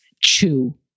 chew